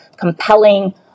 compelling